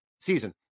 season